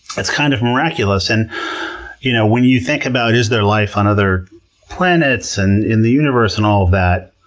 it's kind of miraculous. and you know when you think about, is there life on other planets? and in the universe, and all of that,